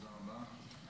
תודה רבה.